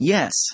Yes